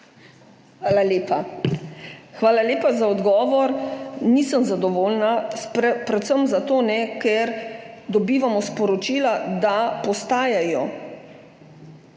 Hvala lepa. Hvala lepa za odgovor. Nisem zadovoljna, predvsem zato ne, ker dobivamo sporočila, da postajajo